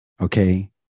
Okay